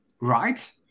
right